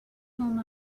home